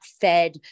fed